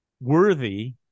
worthy